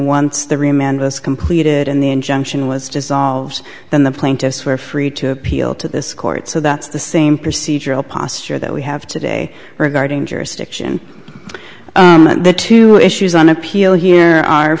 was completed and the injunction was dissolved then the plaintiffs were free to appeal to this court so that's the same procedural posture that we have today regarding jurisdiction the two issues on appeal here